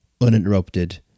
uninterrupted